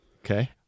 okay